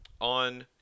on